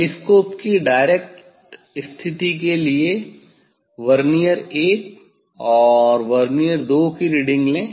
telescope की direct स्थिति के लिए वर्नियर 1 और वर्नियर 2 की रीडिंग लें